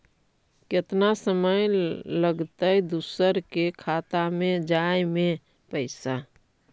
केतना समय लगतैय दुसर के खाता में जाय में पैसा?